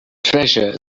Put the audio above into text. treasure